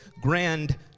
grand